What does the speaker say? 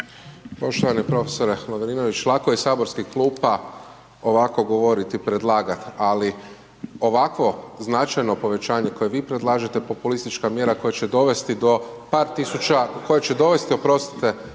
Poštovani profesore Lovrinović. Lako je iz saborskih klupa ovako govoriti, predlagati, ali ovakvo značajno povećanje koje vi predlažete, populistička mjera koja će dovesti do par tisuća, koja će dovesti, …/Upadica: